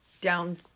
down